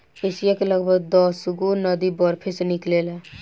Asia के लगभग दसगो नदी बरफे से निकलेला